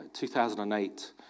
2008